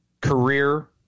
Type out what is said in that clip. career